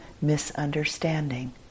misunderstanding